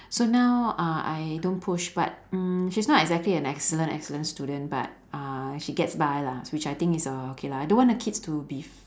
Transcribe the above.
so now uh I don't push but mm she's not exactly an excellent excellent student but uh she gets by lah which I think is uh okay lah I don't want the kids to be